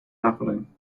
happening